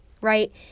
Right